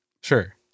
Sure